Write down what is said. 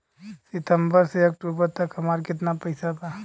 सितंबर से अक्टूबर तक हमार कितना पैसा बा?